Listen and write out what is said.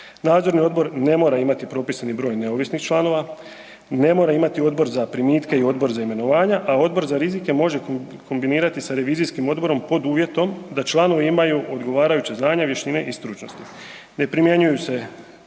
Nadzorni odbor ne mora imati propisani broj neovisnih članova, ne mora imati Odbor za primitke i Odbor za imenovanja, a Odbor za rizike može kombinirati sa Revizijskih odborom pod uvjetom da članovi imaju odgovarajuće znanja, vještine i stručnosti. Ne primjenjuju se pojedine